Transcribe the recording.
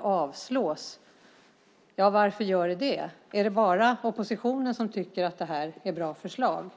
avstyrks alltså. Varför det? Är det bara oppositionen som tycker att förslagen är bra?